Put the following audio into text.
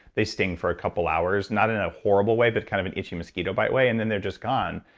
they sting for a couple of hours not in a horrible way, but kind of an itchy mosquito bite way, and then they're just gone.